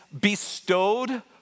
bestowed